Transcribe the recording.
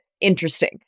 interesting